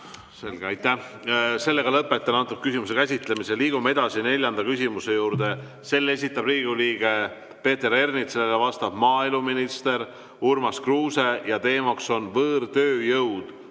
Selge, aitäh! Lõpetan selle küsimuse käsitlemise. Liigume edasi neljanda küsimuse juurde. Selle esitab Riigikogu liige Peeter Ernits, sellele vastab maaeluminister Urmas Kruuse ja teema on võõrtööjõud